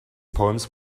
poems